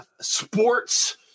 sports